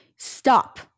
stop